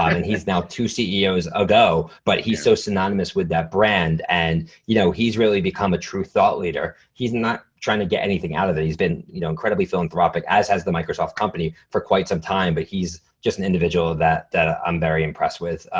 um and he's now two ceos ago. but he so synonymous with that brand and you know he's really become a true thought leader. he's not trying to get anything out of it. he's been you know incredibly philanthropic as has the microsoft company for quite some time. but he's just an individual that i'm um very impressed with,